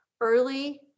early